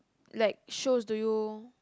like shows do you